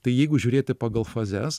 tai jeigu žiūrėti pagal fazes